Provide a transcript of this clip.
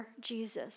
Jesus